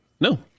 No